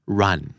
run